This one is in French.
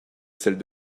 celle